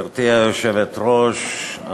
גברתי היושבת-ראש,